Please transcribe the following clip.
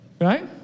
right